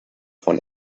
von